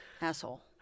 asshole